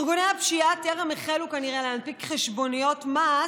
ארגוני הפשיעה טרם החלו כנראה להנפיק חשבוניות מס,